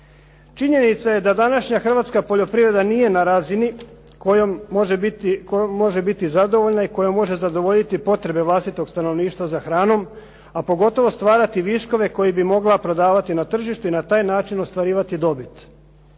Činjenica je da današnja hrvatska poljoprivreda nije na razini kojom može biti zadovoljna i kojom može zadovoljiti potrebe vlastitog stanovništva za hranom a pogotovo stvarati viškove koje bi mogla prodavati na tržištu i na taj način ostvarivati dobit.